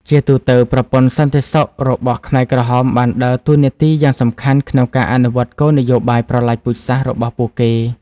ជាទូទៅ ប្រព័ន្ធសន្តិសុខរបស់ខ្មែរក្រហមបានដើរតួនាទីយ៉ាងសំខាន់ក្នុងការអនុវត្តគោលនយោបាយប្រល័យពូជសាសន៍របស់ពួកគេ។